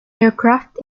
aircraft